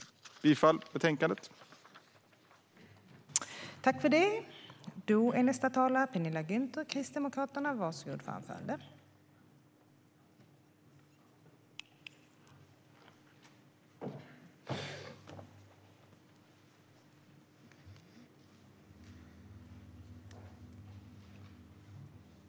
Jag yrkar bifall till utskottets förslag.